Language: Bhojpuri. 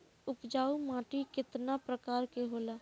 उपजाऊ माटी केतना प्रकार के होला?